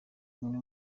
imwe